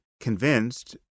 convinced